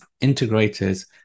integrators